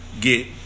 get